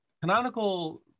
Canonical